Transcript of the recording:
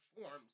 forms